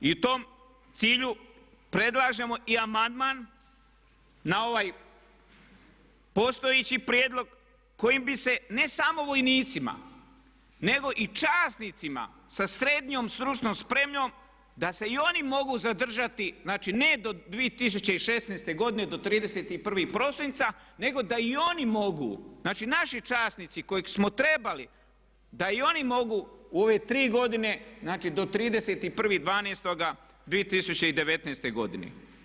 I u tom cilju predlažemo i amandman na ovaj postojeći prijedlog kojim bi se ne samo vojnicima nego i časnicima sa srednjom stručnom spremom da se i oni mogu zadržati znači ne do 2016. godine do 31. prosinca nego da i oni mogu, znači naši časnici koje smo trebali da i oni mogu u ove tri godine, znači do 31.12.2019. godine.